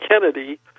Kennedy